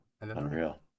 Unreal